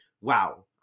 wow